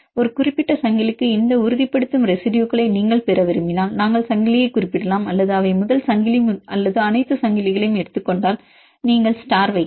ஒரு குறிப்பிட்ட சங்கிலிக்கு இந்த உறுதிப்படுத்தும் ரெசிடுயுகளை நீங்கள் பெற விரும்பினால் நாங்கள் சங்கிலியைக் குறிப்பிடலாம் அல்லது அவை முதல் சங்கிலி அல்லது அனைத்து சங்கிலிகளையும் எடுத்துக் கொண்டால் நீங்கள் ஸ்டார் வைக்கலாம்